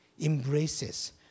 embraces